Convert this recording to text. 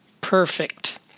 perfect